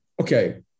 Okay